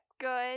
Good